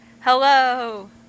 hello